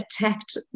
attacked